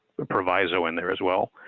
the proviso in there as well.